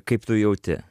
kaip tu jauti